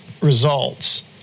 results